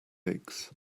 aches